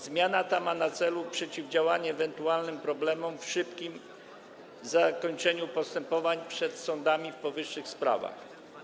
Zmiana ta ma na celu przeciwdziałanie ewentualnym problemom w szybkim zakończeniu postępowań przed sądami w powyższych sprawach.